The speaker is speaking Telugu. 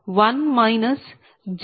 00